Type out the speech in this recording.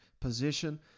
position